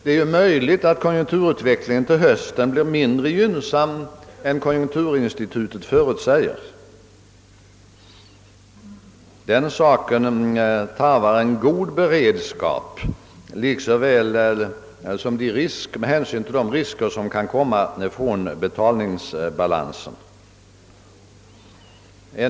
Det är emellertid möjligt att konjunkturutvecklingen till hösten blir mindre gynnsam än konjunkturinstitutet förutsäger. Den saken kräver en god beredskap, lika väl som hänsyn till de risker som kan komma från betalningsbalansen gör det.